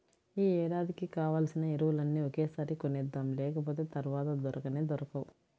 యీ ఏడాదికి కావాల్సిన ఎరువులన్నీ ఒకేసారి కొనేద్దాం, లేకపోతె తర్వాత దొరకనే దొరకవు